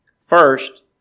First